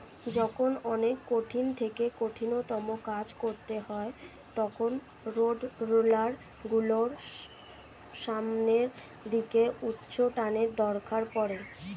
যখন অনেক কঠিন থেকে কঠিনতম কাজ করতে হয় তখন রোডরোলার গুলোর সামনের দিকে উচ্চটানের দরকার পড়ে